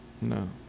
No